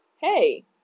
hey